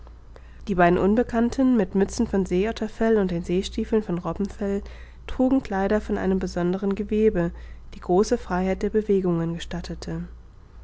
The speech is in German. die beiden unbekannten mit mützen von seeotterfell und in seestiefeln von robbenfell trugen kleider von einem besondern gewebe die große freiheit der bewegungen gestatteten